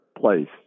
place